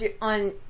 on